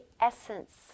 essence